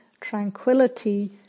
tranquility